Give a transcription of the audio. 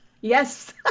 Yes